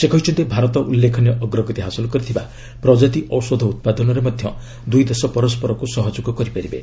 ସେ କହିଛନ୍ତି ଭାରତ ଉଲ୍ଲେଖନୀୟ ଅଗ୍ରଗତି ହାସଲ କରିଥିବା ପ୍ରକାତି ଔଷଧ ଉତ୍ପାଦନରେ ମଧ୍ୟ ଦୁଇଦେଶ ପରସ୍କରକୁ ସହଯୋଗ କରିପାରିବେ